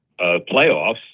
playoffs